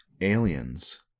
aliens